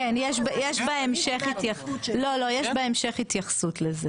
כן, יש בהמשך התייחסות לזה